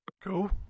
Cool